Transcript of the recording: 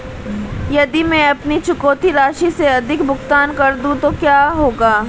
यदि मैं अपनी चुकौती राशि से अधिक भुगतान कर दूं तो क्या होगा?